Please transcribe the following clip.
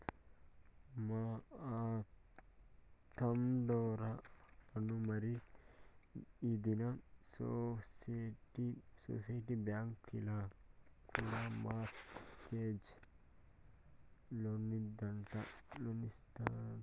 బా, ఆ తండోరా ఇనుమరీ ఈ దినం సొసైటీ బాంకీల కూడా మార్ట్ గేజ్ లోన్లిస్తాదంట